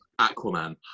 Aquaman